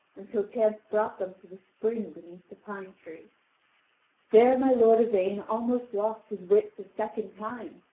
until chance brought them to the spring beneath the pine-tree. there my lord yvain almost lost his wits a second time,